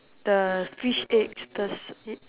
the fish eggs the seed